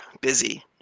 Busy